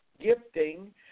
gifting